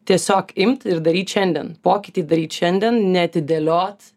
tiesiog imt ir daryt šiandien pokytį daryt šiandien neatidėliot